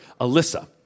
Alyssa